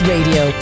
Radio